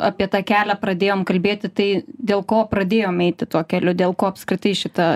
apie tą kelią pradėjom kalbėti tai dėl ko pradėjom eiti tuo keliu dėl ko apskritai šita